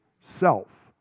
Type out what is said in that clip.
self